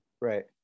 Right